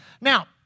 Now